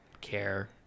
care